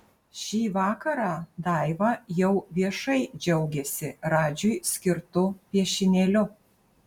šį vakarą daiva jau viešai džiaugiasi radžiui skirtu piešinėliu